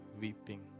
weeping